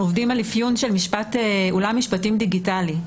אנחנו עובדים על אפיון של אולם משפטים דיגיטלי.